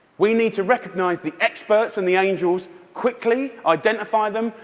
we need to recognize the experts and the angels quickly, identify them,